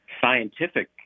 scientific